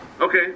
Okay